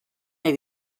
nahi